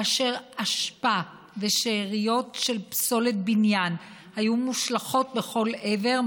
אשפה ושאריות של פסולת בניין היו מושלכות בכל עבר,